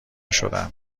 شدم